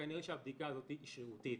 כנראה שהבדיקה הזאת שרירותית.